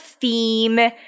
theme